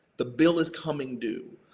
the bill is coming due.